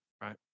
Right